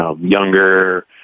younger